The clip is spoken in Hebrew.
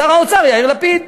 שר האוצר יאיר לפיד.